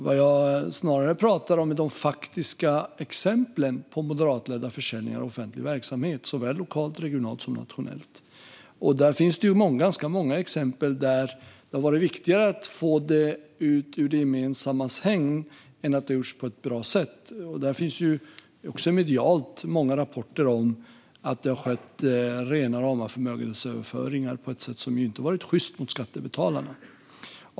Vad jag snarare talar om är de faktiska exemplen på moderatledda försäljningar av offentlig verksamhet såväl lokalt och regionalt som nationellt. Där finns det ganska många exempel där det har varit viktigare att få det ut ur det gemensammas hägn än att det har gjorts på ett bra sätt. Det finns också medialt många rapporter om att det har skett rena rama förmögenhetsöverföringar på ett sätt som inte varit sjyst mot skattebetalarna.